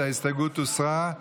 ההסתייגות הוסרה.